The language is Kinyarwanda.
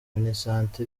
minisante